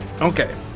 Okay